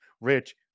Rich